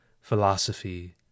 philosophy